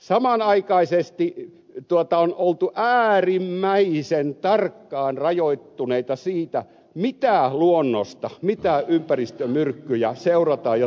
samanaikaisesti on oltu äärimmäisen tarkkaan rajoittuneita siitä mitä ympäristömyrkkyjä luonnosta seurataan ja tutkitaan